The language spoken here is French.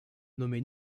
nommé